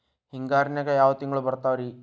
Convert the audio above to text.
ಹಿಂಗಾರಿನ್ಯಾಗ ಯಾವ ತಿಂಗ್ಳು ಬರ್ತಾವ ರಿ?